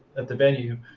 at the venue.